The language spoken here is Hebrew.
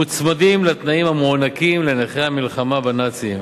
מוצמדים לתנאים המוענקים לנכי המלחמה בנאצים,